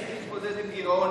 שהיא תתמודד עם גירעון,